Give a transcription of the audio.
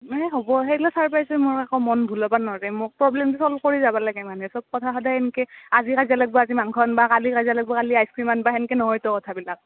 এ হ'ব হেইগ্লা ছাৰপ্ৰাইজছে মোৰ একো মন ভোলাবা ন'ৰে মোক প্ৰব্লেম ছল্ভ কৰি যাবা লাগে মানুহে চব কথা এংকে আজি কাজ্যা লাগবো আজি মাংস আনবা কালি কাজ্যা লাগবা কালি আইচক্ৰীম আনবা সেনকৈ নহয়টো কথাবিলাক